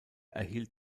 erhielt